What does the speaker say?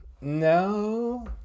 No